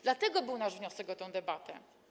Dlatego był nasz wniosek o tę debatę.